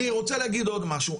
אני רוצה להגיד עוד משהו.